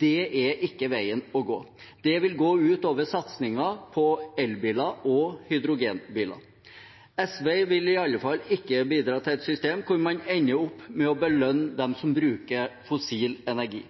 Det er ikke veien å gå. Det vil gå ut over satsingen på elbiler og hydrogenbiler. SV vil i alle fall ikke bidra til et system der man ender opp med å belønne dem som bruker fossil energi.